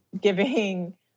giving